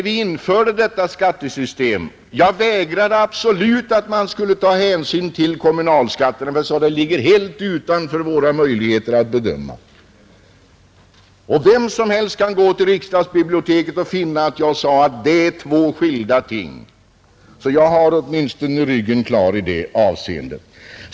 Jag motsatte mig absolut att man skulle ta hänsyn till kommunalskatten. Jag sade att den ligger helt utanför våra möjligheter att bedöma. Vem som helst kan gå till riksdagsbiblioteket och finna att jag sade att det är två skilda ting, så jag har åtminstone ryggen fri i det avseendet.